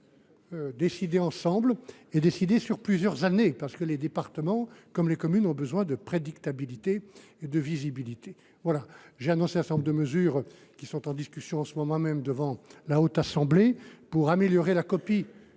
décidé ensemble, pour plusieurs années. Les départements, comme les communes, ont besoin de prédictibilité et de visibilité. J’ai annoncé un certain nombre de mesures, qui sont en discussion en ce moment même devant votre assemblée, pour améliorer la copie,